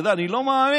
אתה יודע, אני לא מאמין.